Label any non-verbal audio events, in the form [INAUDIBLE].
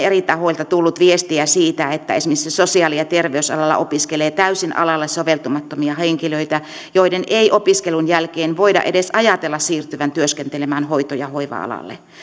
[UNINTELLIGIBLE] eri tahoilta tullut viestiä siitä että esimerkiksi sosiaali ja terveysalalla opiskelee täysin alalle soveltumattomia henkilöitä joiden ei opiskelun jälkeen voida edes ajatella siirtyvän työskentelemään hoito ja hoiva alalle